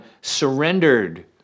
surrendered